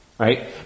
Right